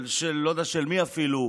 לא יודע של מי אפילו,